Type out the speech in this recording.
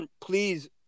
please